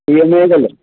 E M I ക്ക് അല്ലേ